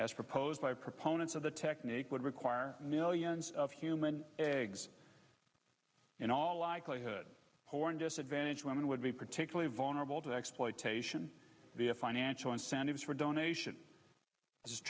as proposed by proponents of the technique would require millions of human eggs in all likelihood disadvantage women would be particularly vulnerable to exploitation via financial incentives for